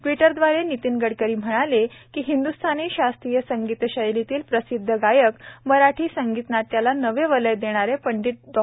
ट्वीटरदवारे नितीन गडकरी म्हणाले हिंद्रस्थानी शास्त्रीय संगीतशैलीतील प्रसिद्ध गायक मराठी संगीत नाट्याला नवे वलय देणारे पंडित डॉ